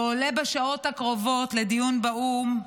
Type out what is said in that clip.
ועולה בשעות הקרובות לדיון באו"ם,